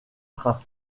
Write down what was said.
train